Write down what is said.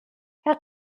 herr